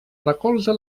recolza